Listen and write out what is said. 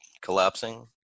collapsing